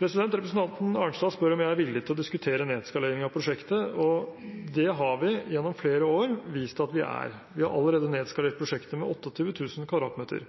Representanten Arnstad spør om jeg er villig til å diskutere nedskalering av prosjektet. Det har vi gjennom flere år vist at vi er. Vi har allerede nedskalert prosjektet med 28 000 kvadratmeter.